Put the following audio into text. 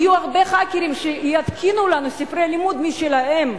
יהיו הרבה האקרים שיתקינו לנו ספרי לימוד משלהם.